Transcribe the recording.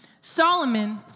Solomon